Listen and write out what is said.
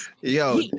Yo